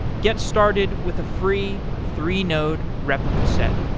get started with a free three-node replica set,